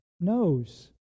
knows